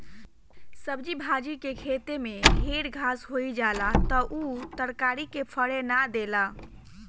सब्जी भाजी के खेते में ढेर घास होई जाला त उ तरकारी के फरे ना देला